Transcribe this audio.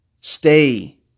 stay